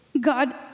God